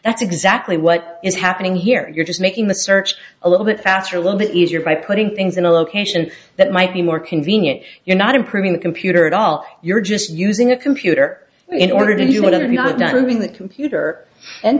that's exactly what is happening here you're just making the search a little bit faster a little bit easier by putting things in a location that might be more convenient you're not improving the computer at all you're just using a computer in order to you what have you got not moving that computer and